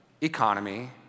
economy